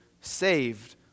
saved